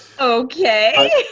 Okay